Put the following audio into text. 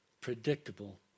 predictable